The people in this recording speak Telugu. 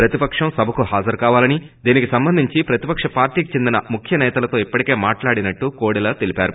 ప్రతిపక్షం సభకు హాజరు కావాలని దీనికి సంబంధించి ప్రతిపక్షపార్టీకి చెందిన ముఖ్య సేతలతో ఇప్పటికే మాట్లాడినట్లు కోడెల తెలిపారు